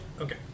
Okay